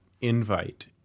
invite